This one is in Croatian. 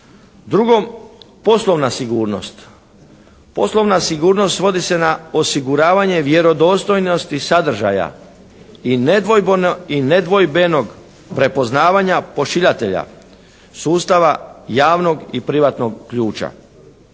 Poslovna sigurnost svodi se na osiguravanje vjerodostojnosti sadržaja i nedvojbenog prepoznavanja pošiljatelja sustava javnog i privatnog ključa.